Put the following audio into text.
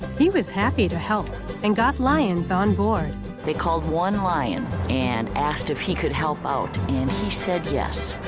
he was happy to help and got lions on board. woman they called one lion and asked if he could help out, and he said yes.